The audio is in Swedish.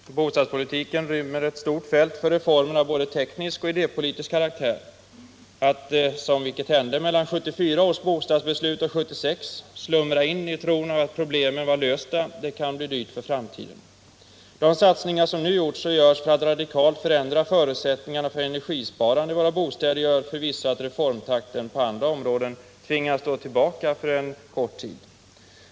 Bostadspolitiken rymmer ett stort fält för reformer av både teknisk och idépolitisk karaktär. Att, som hände mellan 1974 och 1976 års bostadsbeslut, slumra in i tron att problemen var lösta kan bli dyrt för framtiden. De satsningar som nu har gjorts och som görs för att radikalt förändra förutsättningarna för energisparande i våra bostäder gör förvisso att reformtakten på andra områden tvingas stå tillbaka för en kort tid.